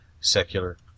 secular